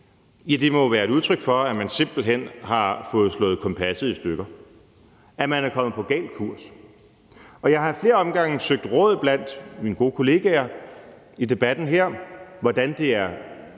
må være udtryk for, at man simpelt hen har fået slået kompasset i stykker, altså at man er kommet på gal kurs. Jeg har ad flere omgange søgt råd blandt mine gode kolleger i debatten her om, hvordan det er